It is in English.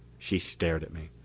she stared at me.